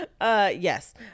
Yes